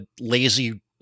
lazy